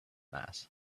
mass